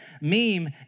meme